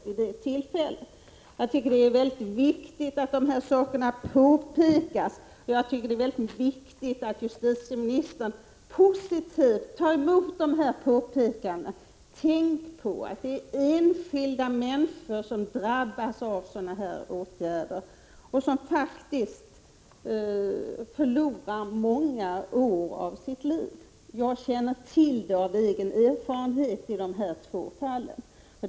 Det är mycket viktigt att påpeka dessa saker, och justitieministern måste ta emot dessa påpekanden på ett positivt sätt. Tänk på att det är enskilda människor som drabbas av sådana här åtgärder och som faktiskt förlorar många år av sitt liv! Jag känner till det av egen erfarenhet när det gäller dessa två fall.